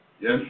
Yes